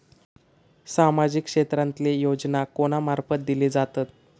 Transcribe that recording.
सामाजिक क्षेत्रांतले योजना कोणा मार्फत दिले जातत?